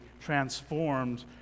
transformed